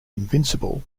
invincible